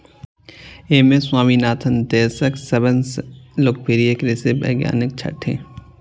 M S Swaminathan देशक सबसं लोकप्रिय कृषि वैज्ञानिक छथि